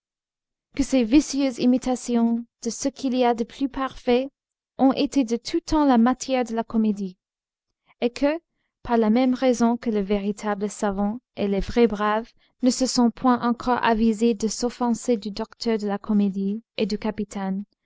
que ces vicieuses imitations de ce qu'il y a de plus parfait ont été de tout temps la matière de la comédie et que par la même raison que les véritables savants et les vrais braves ne se sont point encore avisés de s'offenser du docteur de la comédie et du capitan